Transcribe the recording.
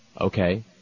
Okay